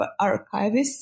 archivists